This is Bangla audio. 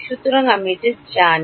সুতরাং আমি এটি জানি